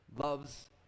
loves